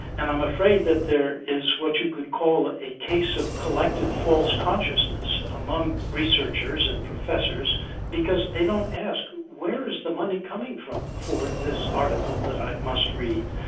and i'm afraid that there is what you could call a case of collective false consciousness among researchers and professors because they don't ask where is the money coming from for this article that i must read,